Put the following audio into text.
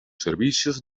servicios